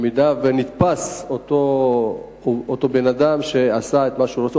אם נתפס אותו בן-אדם שעשה את מה שהוא רוצה,